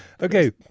Okay